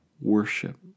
worship